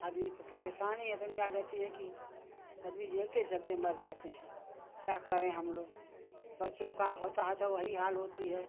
आदमी को परेशानी इतनी आ जाती है कि आदमी झेलते झेलते मर जाते हैं क्या करें हम लोग बच्चों का होता है तो वही हाल होती है